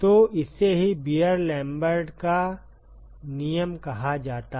तो इसे ही बीयर लैम्बर्ट का नियम कहा जाता है